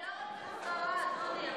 אבל הם לא רוצים שררה, דודי.